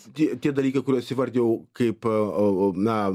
tie tie dalykai kuriuos įvardijau kaip a na